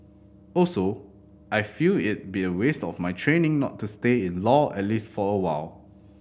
also I feel it be a waste of my training not to stay in law at least for a while